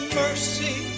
mercy